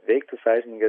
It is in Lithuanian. veikti sąžiningai